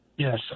Yes